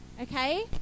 okay